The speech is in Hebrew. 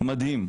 מדהים.